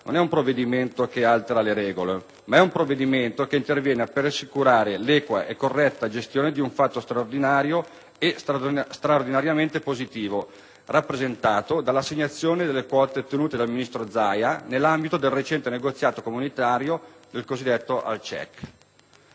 non è un provvedimento che altera le regole, ma è un provvedimento che interviene per assicurare l'equa e corretta gestione di un fatto straordinario e straordinariamente positivo, rappresentato dall'assegnazione delle quote ottenute dal ministro Zaia, nell'ambito del recente negoziato comunitario del cosiddetto